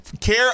care